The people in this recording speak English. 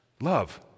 Love